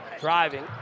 driving